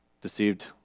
deceived